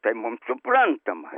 tai mum suprantama